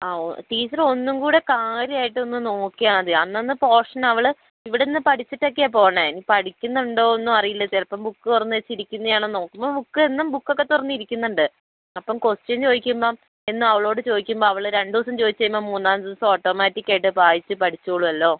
ആ ഓ ടീച്ചർ ഒന്നുംകൂടെ കാര്യമായിട്ടൊന്നു നോക്കിയാൽ മതി അന്നന്ന് പോഷൻ അവൾ ഇവിടുന്ന് പഠിച്ചിട്ടൊക്കെയാണ് പോവുന്നത് ഇനി പഠിക്കുന്നുണ്ടൊ ഒന്നും അറിയില്ല ചിലപ്പം ബുക്ക് തുറന്നുവെച്ച് ഇരിക്കുന്നതാണോ നോക്കുമ്പോൾ ബുക്ക് എന്നും ബുക്ക് ഒക്കെ തുറന്ന് ഇരിക്കുന്നുണ്ട് അപ്പം കൊസ്റ്റൈൻ ചോദിക്കുമ്പം എന്നും അവളോട് ചോദിക്കുമ്പം അവൾ രണ്ടുദിവസം ചോദിച്ചുകഴിയുമ്പം മൂന്നാമത്തെ ദിവസം ഓട്ടോമാറ്റിക്ക് ആയിട്ട് വായിച്ച് പഠിച്ചോളുമല്ലോ